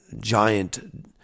giant